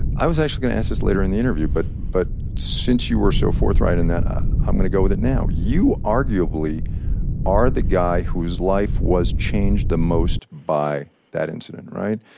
i was actually going to ask this later in the interview but but since you were so forthright in that i'm going to go with it now. you arguably are the guy whose life was changed the most by that incident, right?